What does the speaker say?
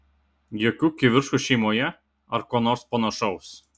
jokių kivirčų šeimoje ar ko nors panašaus